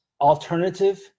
alternative